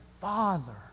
Father